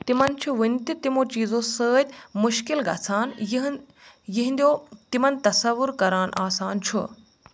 تمن چھُ وُنہِ تہِ تِمو چیٖزو سۭتۍ مُشکِل گژھان یِہِند یِہنٛدو تِمن تصوُر کران آسان چھُ